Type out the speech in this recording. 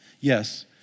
yes